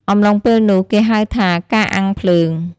អំឡុងពេលនោះ គេហៅថាការអាំងភ្លើង។